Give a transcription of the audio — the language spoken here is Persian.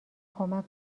کمک